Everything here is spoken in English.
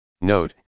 Note